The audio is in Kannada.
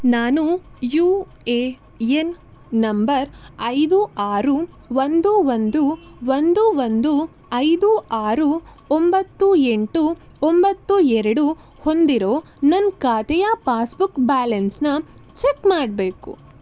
ನಾನು ಯು ಎ ಎನ್ ನಂಬರ್ ಐದು ಆರು ಒಂದು ಒಂದು ಒಂದು ಒಂದು ಐದು ಆರು ಒಂಬತ್ತು ಎಂಟು ಒಂಬತ್ತು ಎರಡು ಹೊಂದಿರೋ ನನ್ನ ಖಾತೆಯ ಪಾಸ್ ಬುಕ್ ಬ್ಯಾಲೆನ್ಸ್ನ ಚೆಕ್ ಮಾಡಬೇಕು